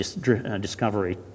discovery